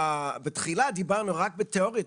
תחילה דיברנו רק בתיאוריות,